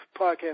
podcast